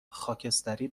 خاکستری